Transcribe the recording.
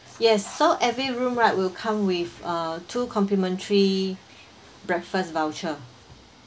yes so every room right will come with uh two complimentary breakfast voucher